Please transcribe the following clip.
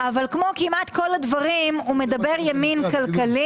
חלק מזכות במקרקעין כאמור שתמורתה היא בנייה על יתרת המקרקעין",